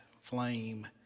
flame